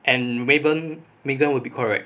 and megan megan will be correct